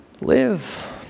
live